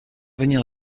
venir